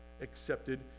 accepted